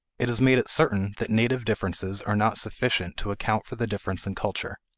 it has made it certain that native differences are not sufficient to account for the difference in culture.